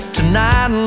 Tonight